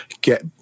get